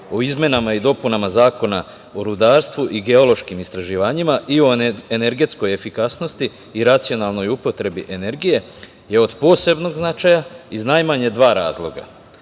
o izmenama i dopunama Zakona o rudarstvu i geološkim istraživanjima i o energetskoj efikasnosti i racionalnoj upotrebi energije, je od posebnog značaja iz najmanje dva razloga.